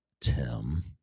tim